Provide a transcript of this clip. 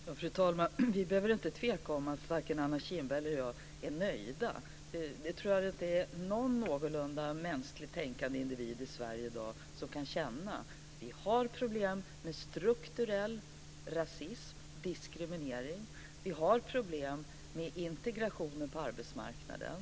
Fru talman! Vi behöver inte tveka om att varken Anna Kinberg eller jag är nöjd. Jag tror inte att någon någorlunda mänskligt tänkande individ i Sverige i dag kan vara det. Vi har problem med strukturell rasism och diskriminering. Vi har problem med integrationen på arbetsmarknaden.